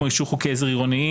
כמו אישור חוקי עזר עירוניים,